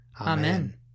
Amen